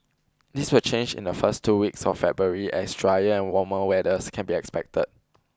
this will change in the first two weeks of February as drier and warmer weathers can be expected